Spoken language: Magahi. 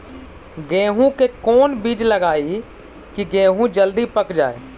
गेंहू के कोन बिज लगाई कि गेहूं जल्दी पक जाए?